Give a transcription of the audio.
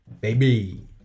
baby